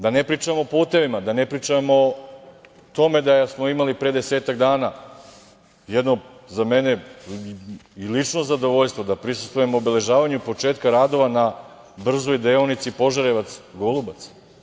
Da ne pričamo o putevima, da ne pričamo o tome da smo imali pre desetak dana jedno za mene i lično zadovoljstvo da prisustvujem obeležavanju početka radova na brzoj deonici Požarevac – Golubac.